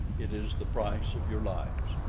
it is the price of your lives.